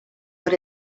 what